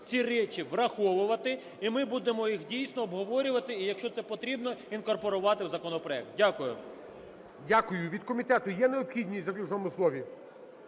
ці речі враховувати. І ми будемо їх дійсно обговорювати і, якщо це потрібно, інкорпорувати в законопроект. Дякую. ГОЛОВУЮЧИЙ. Дякую. Від комітету є необхідність в заключному слові?